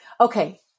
Okay